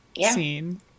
scene